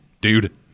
dude